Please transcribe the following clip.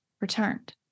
returned